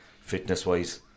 fitness-wise